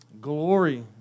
Glory